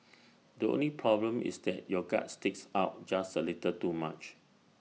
the only problem is that your gut sticks out just A little too much